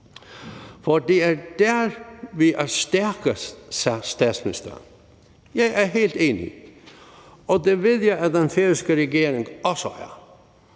for det er der, vi er stærkest, sagde statsministeren. Jeg er helt enig, og det ved jeg at den færøske regering også er.